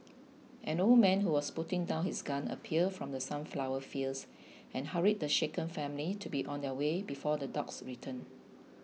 an old man who was putting down his gun appeared from the sunflower fields and hurried the shaken family to be on their way before the dogs return